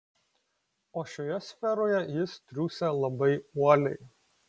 o šioje sferoje jis triūsia labai uoliai